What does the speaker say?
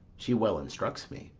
she well instructs me.